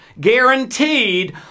guaranteed